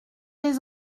les